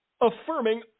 affirming